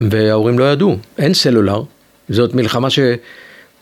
וההורים לא ידעו, אין סלולר, זאת מלחמה ש...